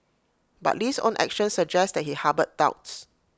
but Lee's own actions suggest that he harboured doubts